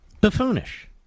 buffoonish